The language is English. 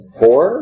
four